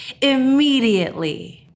immediately